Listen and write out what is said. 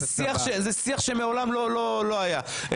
זה שיח שמעולם לא היה.